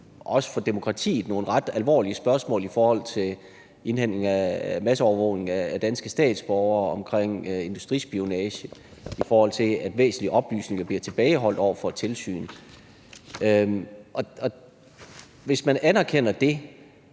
også for demokratiet, ret alvorlige spørgsmål i forhold til masseovervågning af danske statsborgere, i forhold til industrispionage, i forhold til at væsentlige oplysninger bliver tilbageholdt over for tilsynet. Hvis man anerkender det,